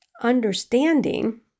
understanding